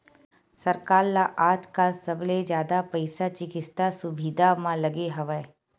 सरकार ल आजकाल सबले जादा पइसा चिकित्सा सुबिधा म लगे हवय